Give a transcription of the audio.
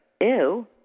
Ew